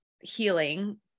healing